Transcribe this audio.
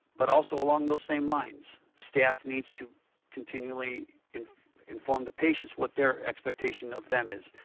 but also along those same lines, staff needs to continually inform the patients what their expectation of them is.